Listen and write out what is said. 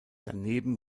daneben